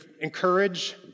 encourage